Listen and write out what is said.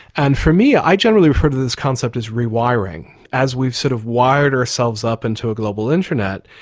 and for me, i generally refer to this concept as rewiring. as we've sort of wired ourselves up into a global internet,